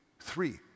three